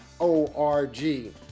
o-r-g